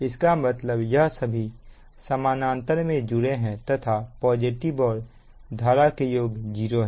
इसका मतलब यह सभी समानांतर में जुड़े हैं तथा पॉजिटिव और नेगेटिव और जीरो सीक्वेंस धारा के योग 0 है